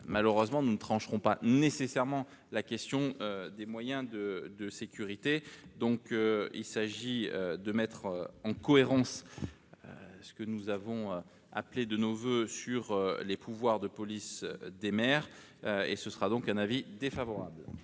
malheureusement ne trancheront pas nécessairement la question des moyens de de sécurité donc il s'agit de mettre en cohérence, ce que nous avons appelé de nos voeux sur les pouvoirs de police des mers et ce sera donc un avis défavorable.